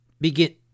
begin